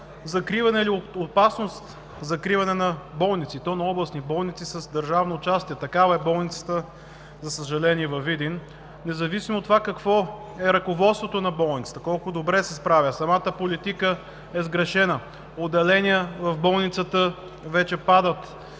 закриване и опасност от закриване на болници – на областни болници с държавно участие. Такава е болницата, за съжаление, във Видин и независимо от това какво е ръководството на болницата и колко добре се справя, самата политика е сгрешена. Вече падат отделения в болницата и не могат